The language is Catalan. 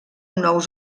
nous